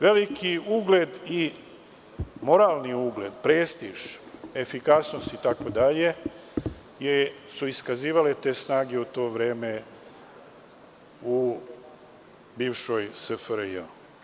Veliki moralni ugled i prestiž, efikasnost itd su iskazivale te snage u to vreme u bivšoj SFRJ.